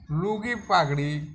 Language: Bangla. রুগি পাগড়ি